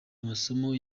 amasomo